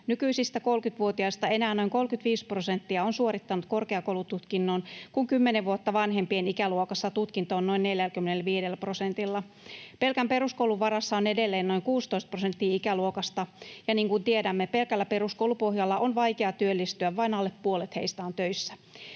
Nykyisistä 30-vuotiaista enää noin 35 prosenttia on suorittanut korkeakoulututkinnon, kun kymmenen vuotta vanhempien ikäluokassa tutkinto on noin 45 prosentilla. Pelkän peruskoulun varassa on edelleen noin 16 prosenttia ikäluokasta, ja niin kuin tiedämme, pelkällä peruskoulupohjalla on vaikea työllistyä — vain alle puolet heistä on töissä.